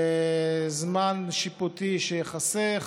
לזמן שיפוטי שייחסך